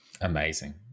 Amazing